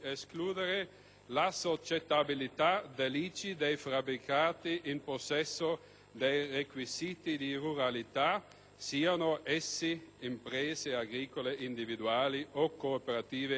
l'assoggettabilità all'ICI dei fabbricati in possesso dei requisiti di ruralità, siano essi imprese agricole individuali o cooperative agricole.